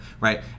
right